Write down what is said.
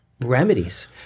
remedies